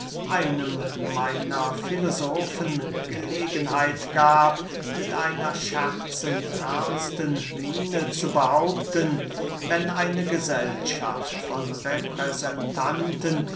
einem meiner filosofen gelegenheit gab mit einer scherzend ernsten miene zu behaupten wenn eine gesellschaft von repräsentanten